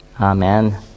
Amen